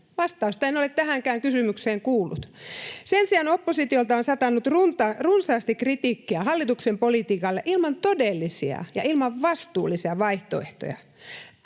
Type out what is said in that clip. Vastausta en ole tähänkään kysymykseen kuullut. Sen sijaan oppositiolta on satanut runsaasti kritiikkiä hallituksen politiikalle ilman todellisia ja ilman vastuullisia vaihtoehtoja.